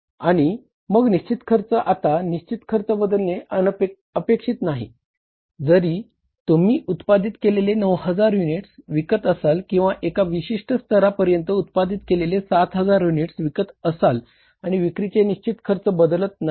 आणि मग निश्चित खर्च आता निश्चित खर्च बदलणे अपेक्षित नाही जरी तुम्ही उत्पादित केलेले 9000 युनिट्स विकत असाल किंवा एका विशिष्ट स्तरापर्यंत उत्पादित केलेले 7000 युनिट्स विकत असाल आणि विक्रीचे निश्चित खर्च बदल नाहीत